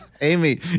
Amy